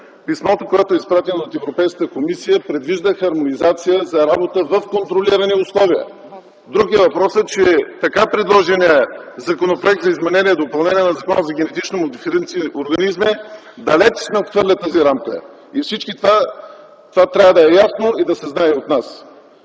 писмото, изпратено от Европейската комисия, предвижда хармонизация за работа в контролирани условия. Друг е въпросът, че така предложеният Законопроект за изменение и допълнение на Закона за генетично модифицираните организми далече надхвърля тази рамка. За всички това трябва да е ясно и да се знае от нас.